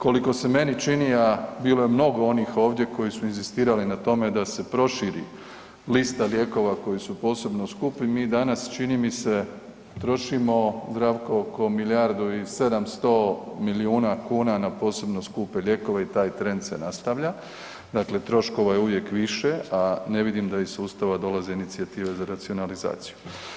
Koliko se meni čini a bilo je mnogo onih ovdje koji su inzistirali na tome da se proširi lista lijekova koji su posebno skupi, mi danas čini mi se trošimo, Zdravko oko milijardu i 700 milijuna kuna na posebno skupe lijekove i taj trend se nastavlja, dakle troškova je uvijek više a ne vidim da iz sustava dolaze inicijative za racionalizaciju.